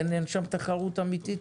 אין שם תחרות אמיתית.